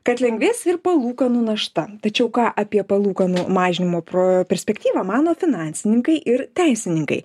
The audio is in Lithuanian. kad lengvės ir palūkanų našta tačiau ką apie palūkanų mažinimo pro perspektyvą mano finansininkai ir teisininkai